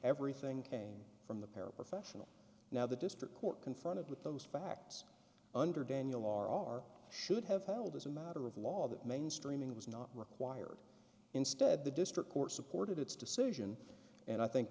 everything came from the paraprofessional now the district court confronted with those facts under daniel r r should have held as a matter of law that mainstreaming was not required instead the district court supported its decision and i think